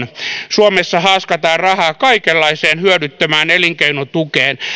suomessa haaskataan rahaa kaikenlaiseen hyödyttömään elinkeinotukeen